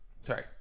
Sorry